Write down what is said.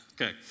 okay